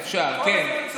אפשר, כן.